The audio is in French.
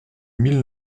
mille